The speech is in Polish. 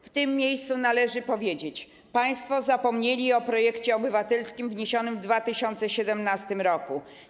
W tym miejscu należy powiedzieć, że państwo zapomnieli o projekcie obywatelskim wniesionym w 2017 r.